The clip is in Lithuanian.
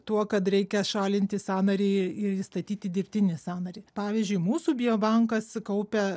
tuo kad reikia šalinti sąnarį ir įstatyti dirbtinį sąnarį pavyzdžiui mūsų bio bankas sukaupia